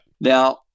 Now